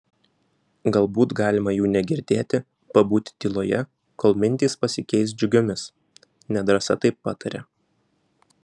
galbūt galima jų negirdėti pabūti tyloje kol mintys pasikeis džiugiomis nedrąsa taip patarė